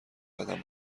قدم